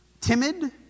timid